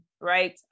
right